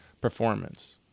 performance